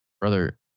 Brother